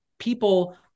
People